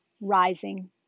rising